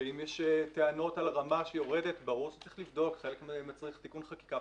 ואם יש טענות על רמה שיורדת ברור שצריך לבדוק וזה מצריך תיקון חקיקה.